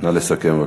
נא לסכם.